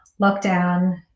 lockdown